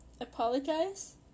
apologize